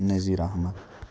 Nazir Ahmad